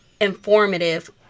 informative